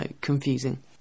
confusing